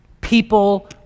People